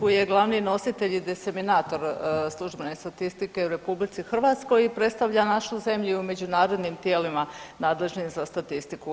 DZS je glavni nositelj i diseminator službene statistike u RH i predstavlja našu zemlju i u međunarodnim tijelima nadležnim za statistiku.